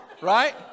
Right